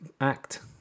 act